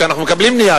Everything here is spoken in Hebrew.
כשאנחנו מקבלים נייר,